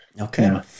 Okay